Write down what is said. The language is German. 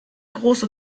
große